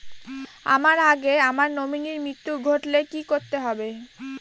আমার আগে আমার নমিনীর মৃত্যু ঘটলে কি করতে হবে?